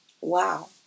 Wow